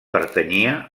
pertanyia